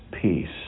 peace